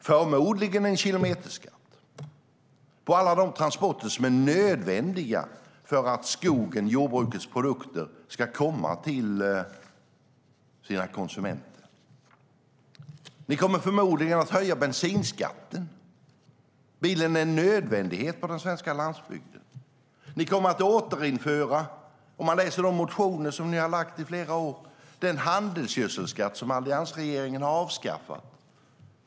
Förmodligen inför ni en kilometerskatt på alla de transporter som är nödvändiga för att skogens och jordbrukets produkter ska komma till konsumenterna. Ni kommer förmodligen att höja bensinskatten. Bilen är en nödvändighet på den svenska landsbygden. Om ni följer de motioner som ni lagt fram i flera år kommer ni även att återinföra den handelsgödselskatt som alliansregeringen har avskaffat.